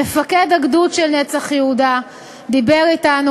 מפקד הגדוד של "נצח יהודה" דיבר אתנו